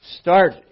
start